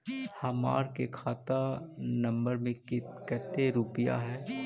हमार के खाता नंबर में कते रूपैया है?